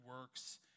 works